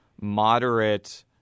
moderate